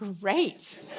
great